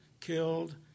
killed